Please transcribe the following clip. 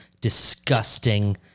disgusting